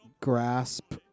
grasp